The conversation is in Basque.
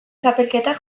txapelketak